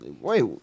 Wait